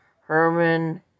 Herman